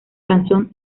canción